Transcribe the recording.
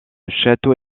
château